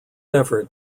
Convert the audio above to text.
effort